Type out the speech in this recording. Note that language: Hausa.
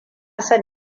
son